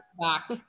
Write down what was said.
back